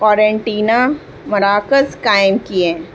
کوارنٹینا مراکز قائم کیے